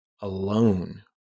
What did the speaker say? alone